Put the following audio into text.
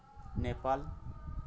Nepal